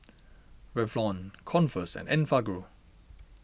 Revlon Converse and Enfagrow